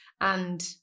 And-